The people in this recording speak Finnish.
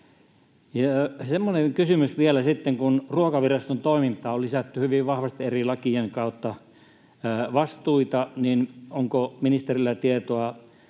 Semmoinen kysymys vielä sitten: kun Ruokaviraston toimintaan on lisätty hyvin vahvasti eri lakien kautta vastuita, niin onko ministerillä tietoa,